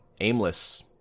aimless